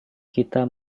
kita